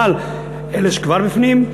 אבל אלה שכבר בפנים,